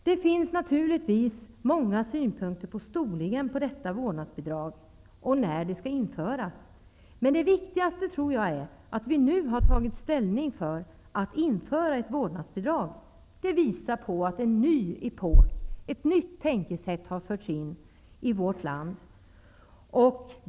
Det finns naturligtvis många synpunkter på storleken på detta vårdnadsbidrag och när det skall införas. Men det viktigaste tror jag är att vi nu tagit ställning för att införa ett vårdnadsbidrag. Det visar på att en ny epok har börjat, att ett nytt tänkesätt har förts in i vårt land.